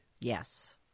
Yes